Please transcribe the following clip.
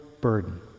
burden